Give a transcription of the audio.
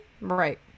right